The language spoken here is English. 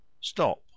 Stop